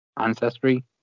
ancestry